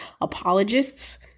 apologists